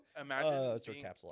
Imagine